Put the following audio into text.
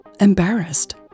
embarrassed